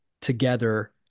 together